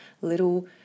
little